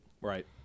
right